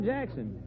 Jackson